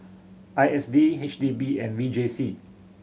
I S D H D B and V J C